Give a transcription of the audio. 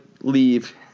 leave